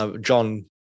John